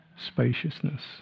spaciousness